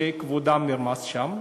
שכבודם נרמס שם.